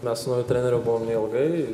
mes su nauju treneriu buvom neilgai